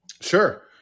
sure